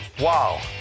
Wow